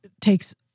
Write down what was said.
takes